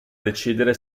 decidere